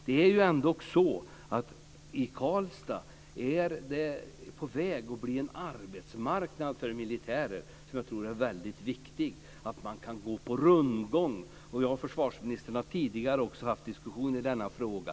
I Karlstad är det på väg att bli en arbetsmarknad för militärer som jag tror är väldigt viktig - att man kan gå på rundgång. Jag och försvarsministern har tidigare också haft diskussioner i denna fråga.